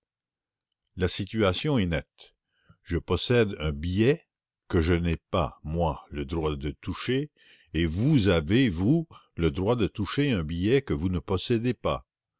la situation est nette je possède un billet que je n'ai pas le droit de toucher et vous avez le droit de toucher un billet que vous ne possédez pas